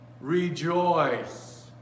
Rejoice